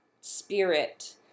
spirit